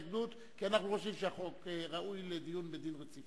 הבמה הניתנת להם להתנגדות לדין רציפות